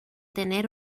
tener